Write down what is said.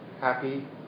happy